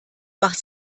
macht